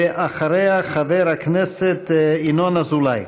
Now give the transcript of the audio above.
ואחריה, חבר הכנסת ינון אזולאי.